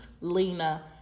Lena